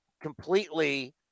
completely